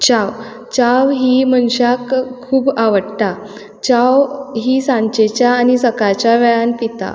च्या च्याव ही मनशाक खूब आवडटा च्याव ही सांजेच्या आनी सकाळच्या वेळार पितात